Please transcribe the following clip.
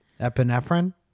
Epinephrine